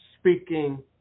speaking